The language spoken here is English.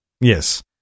Yes